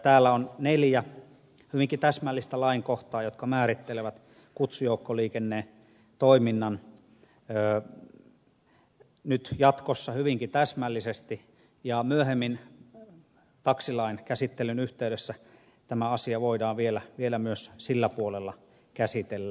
täällä on neljä lainkohtaa jotka määrittelevät kutsujoukkoliikennetoiminnan nyt jatkossa hyvinkin täsmällisesti ja myöhemmin taksilain käsittelyn yhteydessä tämä asia voidaan vielä myös sillä puolella käsitellä